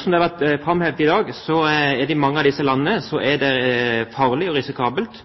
Som det har vært framhevet i dag, er det i mange av disse landene farlig, risikabelt